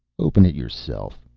open it yourself.